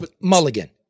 Mulligan